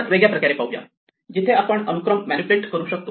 आपण वेगळ्या प्रकारे पाहूया जिथे आपण अनुक्रम मॅनिप्युलेट करू शकतो